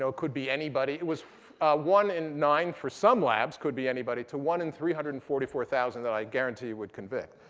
so could be anybody. it was one in nine for some labs could be anybody to one in three hundred and forty four thousand that i guarantee you would convict.